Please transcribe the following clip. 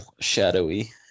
shadowy